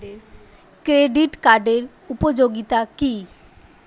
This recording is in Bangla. ক্রেডিট কার্ডের উপযোগিতা কি?